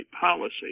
policy